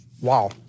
Wow